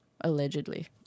allegedly